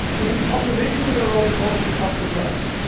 if it's population, we're on course to top the charts.